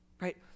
right